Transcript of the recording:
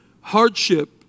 hardship